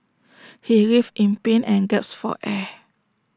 he writhed in pain and gasped for air